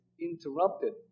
interrupted